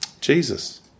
Jesus